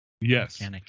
yes